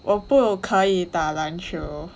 我不可以打篮球